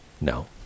No